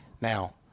Now